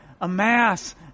amass